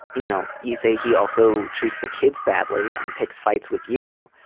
you know, you say he also treats the kids badly and picks fights with you.